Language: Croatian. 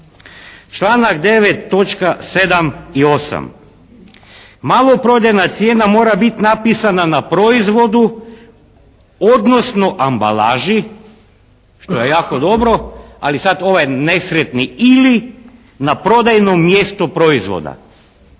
točka 7. i 8. maloprodajna cijena mora biti napisana na proizvodu, odnosno ambalaži što je jako dobro, ali sad ovaj nesretni ili na prodajno mjesto proizvoda.